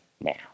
now